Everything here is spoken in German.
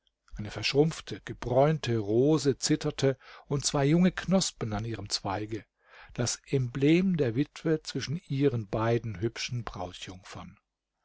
eine verschrumpfte gebräunte rose zitterte und zwei junge knospen an ihrem zweige das emblem der witwe zwischen ihren beiden hübschen brautjungfern